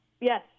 yes